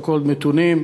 so called מתונים,